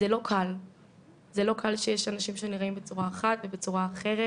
זה לא קל שיש אנשים שנראים בצורה אחת או בצורה אחרת,